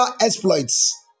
exploits